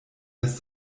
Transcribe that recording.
des